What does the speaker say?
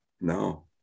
No